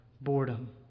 boredom